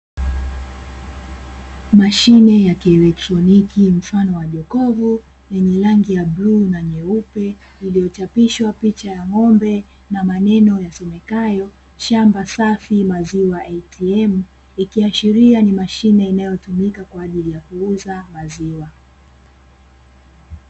Mashine ya kielektroniki mfano wa jokofu, lenye rangi ya bluu na nyeupe iliyo chapishwa picha ya ng'ombe na maneno yasomekayo "shamba safi maziwa ATM" ikiashiria ni mashine inayotumika kwa ajili yakuuza maziwa.